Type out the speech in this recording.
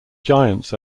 giants